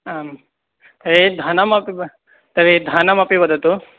आं तर्हि धनमपि ब तर्हि धनमपि वदतु